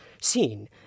seen